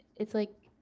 it's like,